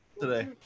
today